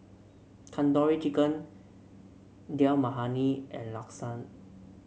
Tandoori Chicken Dal Makhani and Lasagne